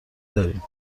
داریم